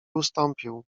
ustąpił